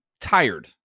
tired